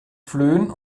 flöhen